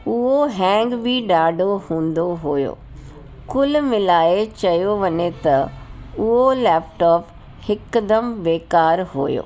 उहो हैंग बि ॾाढो हूंदो हुओ कुल मिलाए चयो वञे त उहो लैपटॉप हिकदमु बेकार हुओ